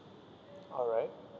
alright